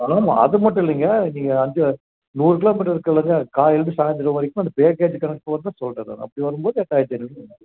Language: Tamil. அதனால் அது மட்டும் இல்லைங்க நீங்கள் அங்கே நூறு கிலோமீட்டரு இருக்குங்கல்லங்க காலையில இருந்து சாயிந்தரம் வரைக்கும் அந்த பேக்கேஜ்ஜி கணக்கு போட்டு தான் சொல்லுறேன் நான் அப்படி வரும்போது எட்டாயிரத்து ஐந்நூறுரூவா வரும்